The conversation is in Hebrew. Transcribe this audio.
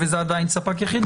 וזה עדיין ספק יחיד,